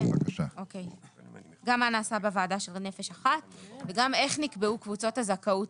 גם מה נעשה בוועדה של בנפש אחת וגם איך נקראו קבוצות הזכאות